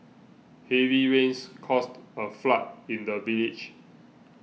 heavy rains caused a flood in the village